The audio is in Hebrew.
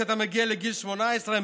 כשאתה מגיע לגיל 18,